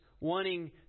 wanting